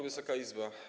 Wysoka Izbo!